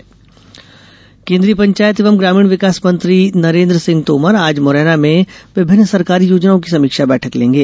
तोमर बैठक केन्द्रीय पंचायत एवं ग्रामीण विकास मंत्री नरेन्द्र सिंह तोमर आज मुरैना में विभिन्न सरकारी योजनाओं की समीक्षा बैठक लेंगे